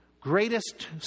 greatest